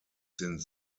sind